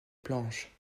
planches